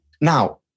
Now